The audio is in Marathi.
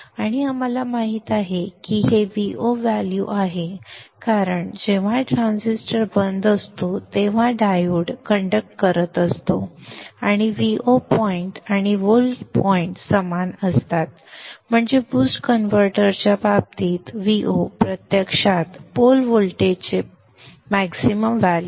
आणि आम्हाला माहित आहे की हे Vo व्हॅल्यू आहे कारण जेव्हा ट्रान्झिस्टर बंद असतो तेव्हा डायोड कंडक्ट करत असतो आणि Vo पॉइंट आणि पोल रेफर टाइम 0242 पॉइंट समान असतात म्हणजे BOOST कन्व्हर्टरच्या बाबतीत Vo प्रत्यक्षात पोल व्होल्टेजचे पोल व्होल्टेज मॅक्सिमम व्हॅल्यु